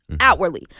outwardly